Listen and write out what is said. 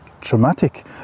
traumatic